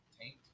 Taint